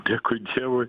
dėkui dievui